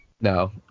No